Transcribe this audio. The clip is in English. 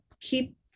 keep